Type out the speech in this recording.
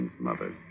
mother